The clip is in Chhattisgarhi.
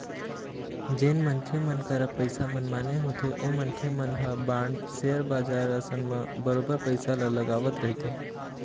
जेन मनखे मन करा पइसा मनमाने होथे ओ मनखे मन ह बांड, सेयर बजार असन म बरोबर पइसा ल लगावत रहिथे